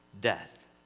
death